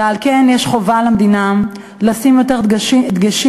ועל כן יש חובה למדינה לשים יותר דגשים,